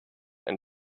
ein